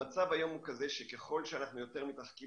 המצב היום הוא כזה שככל שאנחנו יותר מתרחקים